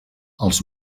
els